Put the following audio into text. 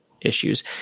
issues